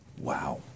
Wow